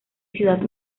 ciudad